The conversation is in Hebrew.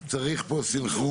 שוב, צריך פה סנכרון.